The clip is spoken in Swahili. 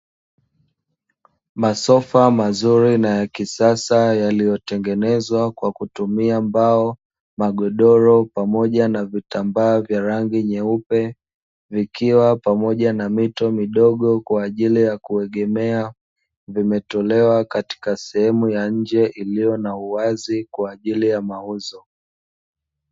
Masofa mazuri na ya kisasa yaliyotengenezwa kwa kutumia mbao, magodoro pamoja na vitambaa vya rangi nyeupe vikiwa pamoja na mito midogo kwa ajili ya kuegemea, vimetolewa katika sehemu ya nje iliyo na uwazi kwa ajili ya mauzo.